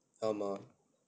ஆமாம்:aamaam